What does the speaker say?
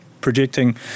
projecting